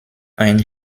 ein